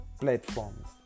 platforms